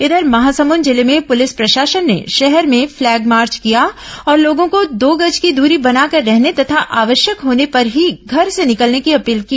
इधर महासमुंद जिले में पुलिस प्रशासन ने शहर में फ्लैग मार्च किया और लोगों को दो गज की दूरी बनाकर रहने तथा आवश्यक होने पर ही घर से निकलने की अपील की